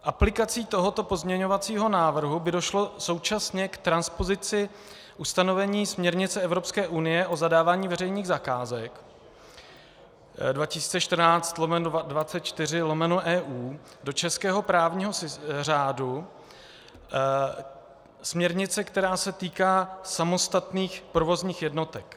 Aplikací tohoto pozměňovacího návrhu by došlo současně k transpozici ustanovení směrnice Evropské unie o zadávání veřejných zakázek 2014/24/EU do českého právního řádu, směrnice, která se týká samostatných provozních jednotek.